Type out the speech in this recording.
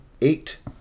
eight